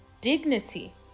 dignity